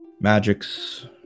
Magics